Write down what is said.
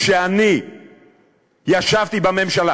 כשאני ישבתי בממשלה